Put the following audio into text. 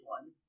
one